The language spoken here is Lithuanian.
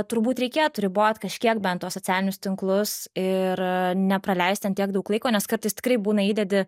turbūt reikėtų ribot kažkiek bent tuos socialinius tinklus ir nepraleist ten tiek daug laiko nes kartais tikrai būna įdedi